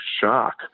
shock